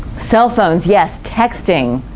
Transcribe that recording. cell phones yes, texting,